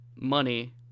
money